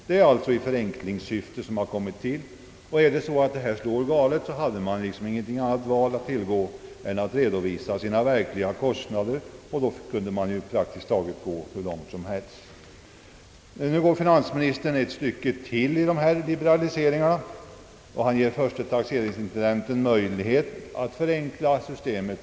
Det är i förenklingssyfte som denna bestämmelse kommit till. är det så att det är galet, hade man inget annat val att tillgå än att redovisa sina verkliga kostnader, och då kunde man praktiskt taget gå hur långt som helst. Finansministern går nu ett stycke längre i fråga om liberalisering och föreslår att förste taxeringsintendenten skall få medge vissa förenklingar av systemet.